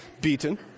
beaten